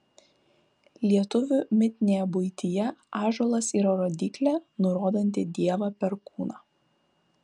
lietuvių mitinėje buityje ąžuolas yra rodyklė nurodanti dievą perkūną